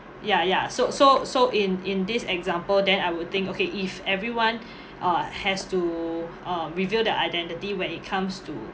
ya ya so so so in in this example then I would think okay if everyone uh has to uh reveal the identity when it comes to